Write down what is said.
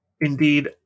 Indeed